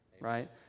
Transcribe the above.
right